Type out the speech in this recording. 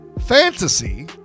Fantasy